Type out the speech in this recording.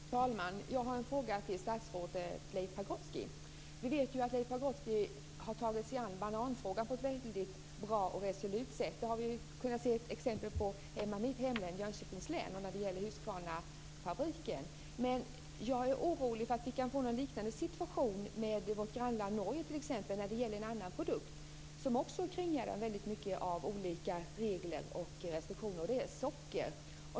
Fru talman! Jag har en fråga till statsrådet Leif Pagrotsky. Vi vet ju att Leif Pagrotsky har tagit sig an bananfrågan på ett väldigt bra och resolut sätt. Det har vi sett exempel på i mitt hemlän, Jönköpings län, när det gäller Huskvarnafabriken. Men jag är orolig för att vi kan få en liknande situation med vårt grannland Norge när det gäller en annan produkt som också är kringgärdad av väldigt många olika regler och restriktioner. Det är socker.